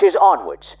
onwards